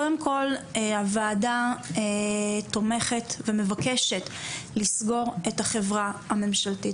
קודם כל הוועדה תומכת ומבקשת לסגור את החברה הממשלתית.